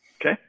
Okay